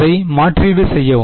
அதை மாற்றீடு செய்யவும்